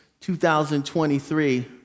2023